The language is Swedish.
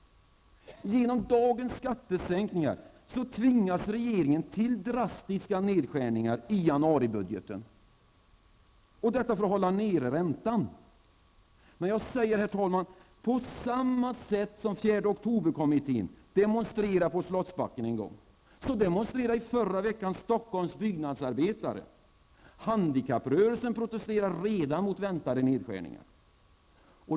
Genom dagens skattesänkningar tvingas regeringen till drastiska nedskärningar i januaribudgeten -- detta för att hålla nere räntan. Men på samma sätt som 4 oktober-kommittén demonstrerade på Slottsbacken, demonstrerade i förra veckan Stockholms byggnadsarbetare. Handikapprörelsen protesterar redan mot väntade nedskärningar.